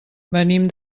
venim